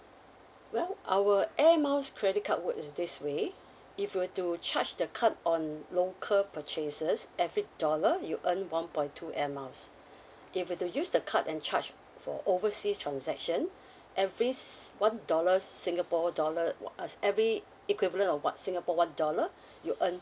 well our air miles credit card work this way if you were to charge the card on local purchases every dollar you earn one point two air miles if you were to use the card and charge for overseas transaction every s~ one dollars singapore dollar w~ uh every equivalent of what singapore one dollar you earn